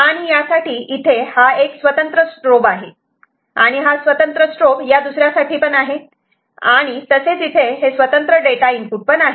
आणि यासाठी इथे हा एक स्वतंत्र स्ट्रोब आहे आणि हा स्वतंत्र स्ट्रोब या दुसऱ्यासाठी आहे आणि तसेच इथे स्वतंत्र डेटा इनपुट पण आहे